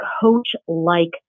coach-like